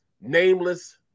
nameless